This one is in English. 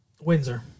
Windsor